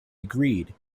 agreed